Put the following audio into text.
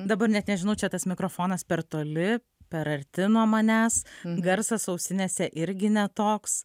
dabar net nežinau čia tas mikrofonas per toli per arti nuo manęs garsas ausinėse irgi ne toks